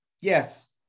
Yes